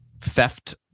theft